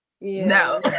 No